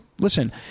Listen